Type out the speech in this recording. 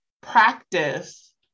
practice